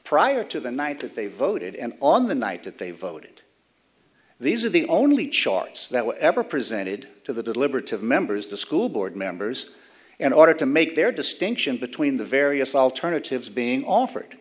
prior to the night that they voted and on the night that they voted these are the only charts that were ever presented to the deliberative members the school board members and ordered to make their distinction between the various alternatives being offered